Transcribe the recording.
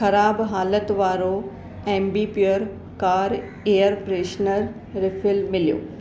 ख़राबु हालत वारो Ambi Pur car air freshener refill मिलियो